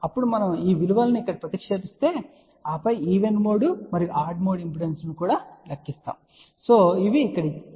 అప్పుడు మనము ఈ విలువల ను ఇక్కడ ప్రతిక్షేపించి ఆపై ఈవెన్ మోడ్ మరియు ఆడ్ మోడ్ ఇంపెడెన్స్ లు ను కూడా లెక్కిస్తాము ఇవి ఇక్కడ ఇవ్వబడినవి